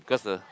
cause the